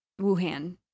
Wuhan